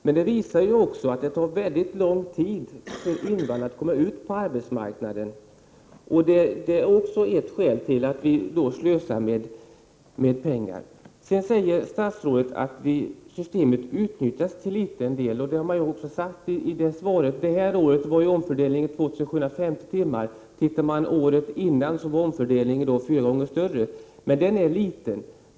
Men det tar mycket lång tid för invandrare att komma ut på arbetsmarknaden. Det är också ett skäl till att vi slösar med pengar. Statsrådet säger att systemet utnyttjas till liten del. Det sades också i svaret. Läsåret 1987/88 var omfördelningen 2 750 timmar. Läsåret innan var omfördelningen fyra gånger större. Omfördelningen är liten.